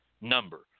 number